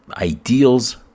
ideals